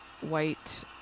white